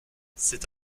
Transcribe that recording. c’est